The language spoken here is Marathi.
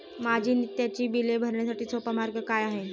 माझी नित्याची बिले भरण्यासाठी सोपा मार्ग काय आहे?